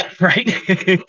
right